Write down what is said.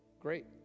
Great